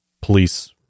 police